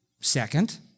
Second